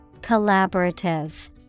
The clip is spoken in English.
Collaborative